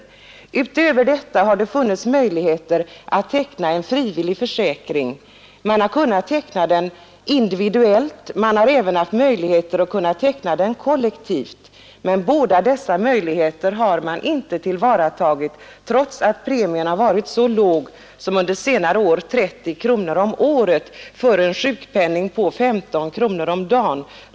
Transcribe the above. Därutöver har det funnits möjligheter att teckna en frivillig försäkring, antingen individuellt eller kollektivt. Men ingen av dessa möjligheter har tillvaratagits i nämnvärd utsträckning, trots att premien under senare tid varit så låg som 30 kronor om året för en sjukpenning på 15 kronor om dagen.